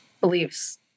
beliefs